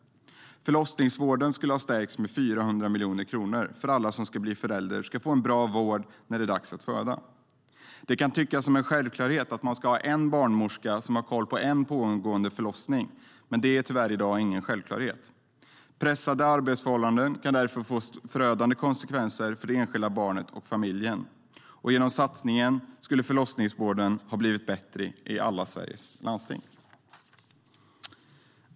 Förlossningsvården skulle ha stärkts med 400 miljoner kronor för att alla som ska bli föräldrar ska få en bra vård när det är dags att föda. Det kan tyckas som en självklarhet att man ska ha en barnmorska som har koll på en pågående förlossning. Men det är i dag tyvärr ingen självklarhet. Pressade arbetsförhållanden kan därför få förödande konsekvenser för det enskilda barnet och familjen. Genom satsningen skulle förlossningsvården ha blivit bättre i alla Sveriges landsting.